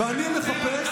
ואני מחפש,